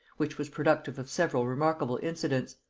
which was productive of several remarkable incidents.